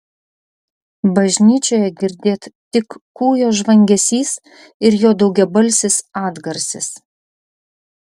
bažnyčioje girdėt tik kūjo žvangesys ir jo daugiabalsis atgarsis